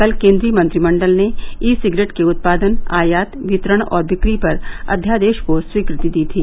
कल केन्द्रीय मंत्रिमण्डल ने ई सिगरेट के उत्पादन आयात वितरण और बिक्री पर अध्यादेश को स्वीकृति दी थी